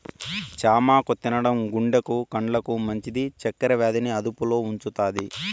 చామాకు తినడం గుండెకు, కండ్లకు మంచిది, చక్కర వ్యాధి ని అదుపులో ఉంచుతాది